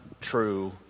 true